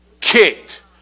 kicked